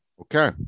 Okay